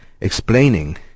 explaining